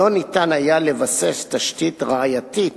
לא ניתן היה לבסס תשתית ראייתית